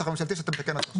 שאתה מתקן אותו עכשיו.